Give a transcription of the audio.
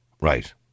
Right